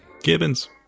Gibbons